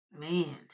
man